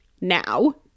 now